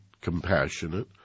compassionate